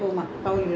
what time